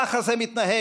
ככה זה מתנהל.